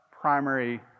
primary